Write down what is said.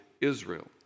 Israel